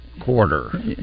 quarter